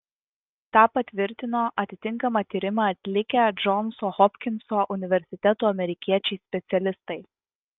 tą patvirtino atitinkamą tyrimą atlikę džonso hopkinso universiteto amerikiečiai specialistai